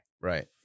Right